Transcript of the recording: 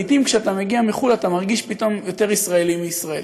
לעתים כשאתה מגיע מחו"ל אתה מרגיש פתאום יותר ישראלי מישראלי.